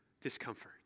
discomfort